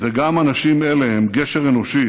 וגם אנשים אלה הם גשר אנושי